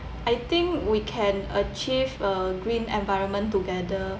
I think we can achieve a green environment together